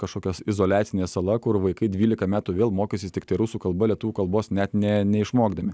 kažkokios izoliacinė sala kur vaikai dvylika metų vėl mokysis tiktai rusų kalba lietuvių kalbos net ne neišmokdami